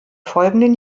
folgenden